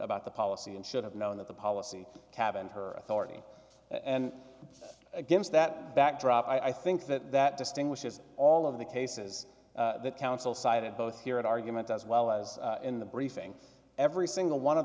about the policy and should have known that the policy cabined her authority and against that backdrop i think that that distinguishes all of the cases that counsel cited both here at argument as well as in the briefing every single one of